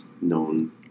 known